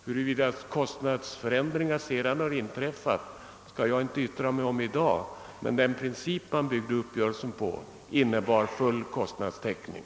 Huruvida kostnadsförändringar sedan har inträffat skall jag inte yttra mig om i dag. Den princip man byggde uppgörelsen på innebar emellertid full kostnadstäckning.